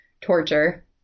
torture